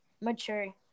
mature